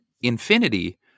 Infinity